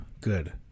good